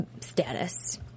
status